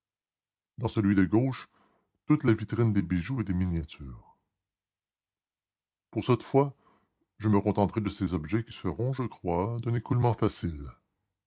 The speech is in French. dans celui de gauche toute la vitrine des bijoux et des miniatures pour cette fois je me contenterai de ces objets qui seront je crois d'un écoulement facile